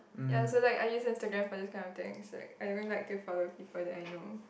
ya so like I used Instagram for this kind of things is like I don't like to follow people that I know